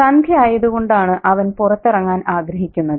സന്ധ്യ ആയതുകൊണ്ടാണ് അവൻ പുറത്തിറങ്ങാൻ ആഗ്രഹിക്കുന്നത്